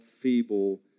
feeble